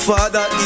Father